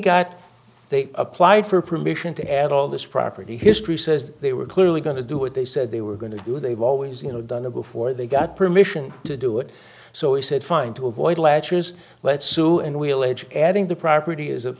got they applied for permission to add all this property history says they were clearly going to do what they said they were going to do they've always you know done it before they got permission to do it so we said fine to avoid latches let's sue and we allege adding the property is a